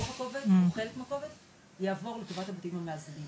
רוב הכובד או חלק מהכובד יעבור לטובת הבתים המאזנים.